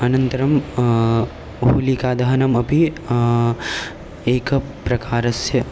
अनन्तरं होलिकादहनमपि एकप्रकारस्य